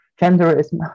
genderism